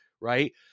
right